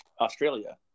Australia